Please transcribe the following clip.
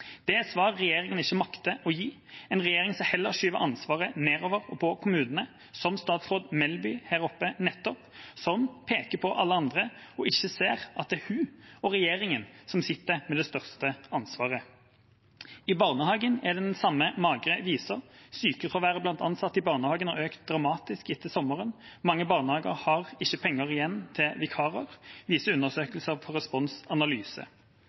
Det er et svar regjeringa ikke makter å gi, en regjering som heller skyver ansvaret nedover til kommunene, som statsråd Melby her oppe nettopp, som peker på alle andre og ikke ser at det er hun og regjeringa som sitter med det største ansvaret. I barnehagen er det den samme magre visa. Sykefraværet blant ansatte i barnehagen har økt dramatisk etter sommeren. Mange barnehager har ikke penger igjen til vikarer, viser